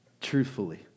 Truthfully